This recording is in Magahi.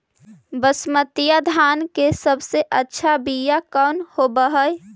बसमतिया धान के सबसे अच्छा बीया कौन हौब हैं?